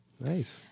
Nice